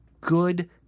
good